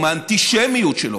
האנטישמיות שלו,